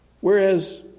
Whereas